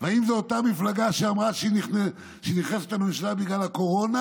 "האם זו אותה מפלגה שאמרה שהיא נכנסת לממשלה בגלל הקורונה?"